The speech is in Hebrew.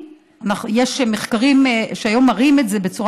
יש מחקרים שהיום מראים את זה בצורה